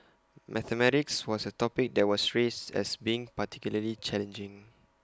mathematics was A topic that was raised as being particularly challenging